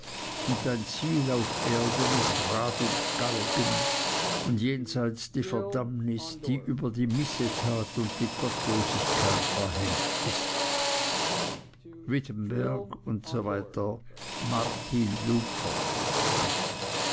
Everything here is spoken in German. und dein ziel auf erden ist rad und galgen und jenseits die verdammnis die über die missetat und die gottlosigkeit verhängt ist wittenberg usw martin luther